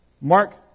Mark